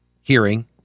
hearing